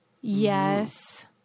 Yes